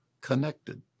connected